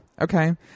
Okay